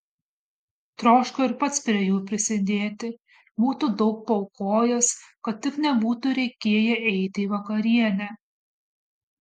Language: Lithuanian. troško ir pats prie jų prisidėti būtų daug paaukojęs kad tik nebūtų reikėję eiti į vakarienę